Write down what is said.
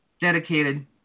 dedicated